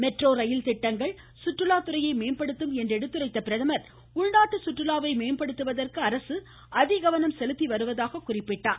metro rail திட்டங்கள் சுற்றுலாத்துறையை மேம்படுத்தும் என்று எடுத்துரைத்த பிரதமர் உள் நாட்டு சுற்றுலாவை மேம்படுத்துவதற்கு அரசு அதி கவனம் செலுத்தி வருவதாக கூறினார்